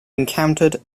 encountered